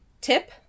Tip